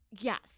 Yes